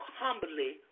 humbly